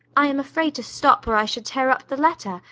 i am afraid to stop, or i should tear up the letter,